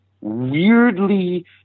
weirdly